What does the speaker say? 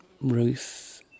Ruth